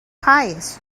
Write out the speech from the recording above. pious